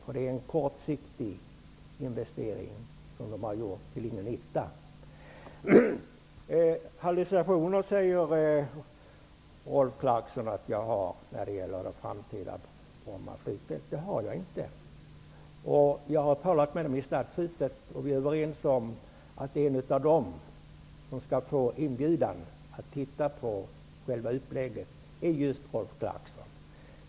De har gjort en kortsiktig investering till ingen nytta. Rolf Clarkson sade att jag hade hallucinationer när det gäller det framtida Bromma flygfält. Det har jag inte. Jag har talat med folk i Stadshuset. Vi är överens om att en av dem som skall få en inbjudan att se på själva upplägget är just Rolf Clarkson.